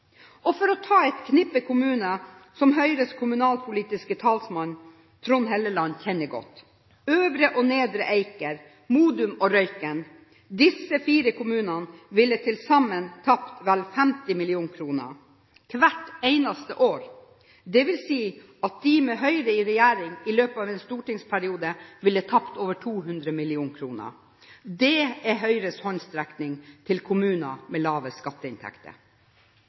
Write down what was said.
forskjeller. For å ta et knippe kommuner som Høyres kommunalpolitiske talsmann, Trond Helleland, kjenner godt: Øvre Eiker, Nedre Eiker, Modum og Røyken. Disse fire kommunene ville til sammen tapt vel 50 mill. kr hvert eneste år, dvs. at de med Høyre i regjering i løpet av en stortingsperiode ville tapt over 200 mill. kr. Det er Høyres håndsrekning til kommuner med lave skatteinntekter.